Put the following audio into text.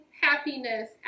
happiness